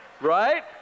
right